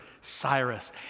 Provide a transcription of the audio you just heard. Cyrus